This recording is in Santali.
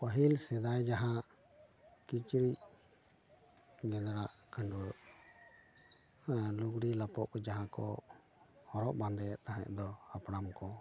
ᱯᱟᱹᱦᱤᱞ ᱥᱮᱫᱟᱭ ᱡᱟᱦᱟᱸ ᱠᱤᱪᱨᱤᱡ ᱜᱮᱫᱟᱜ ᱠᱷᱟᱰᱩᱣᱟᱹᱜ ᱞᱩᱜᱲᱤ ᱞᱟᱯᱚᱠᱚ ᱡᱟᱦᱟᱸ ᱠᱚ ᱦᱚᱨᱚᱜ ᱵᱟᱫᱮᱭᱮᱫ ᱛᱟᱦᱮᱸᱫ ᱫᱚ ᱦᱟᱯᱟᱲᱟᱢ ᱠᱚ